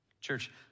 Church